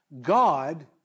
God